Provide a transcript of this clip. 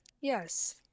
Yes